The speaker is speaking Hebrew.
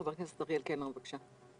חבר הכנסת אריאל קלנר, בבקשה.